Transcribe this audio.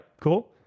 cool